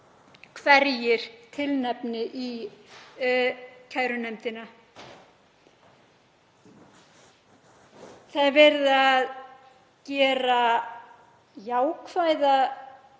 hverjir tilnefni í kærunefndina. Það er verið að gera jákvæða